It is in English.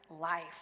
life